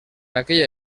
aquella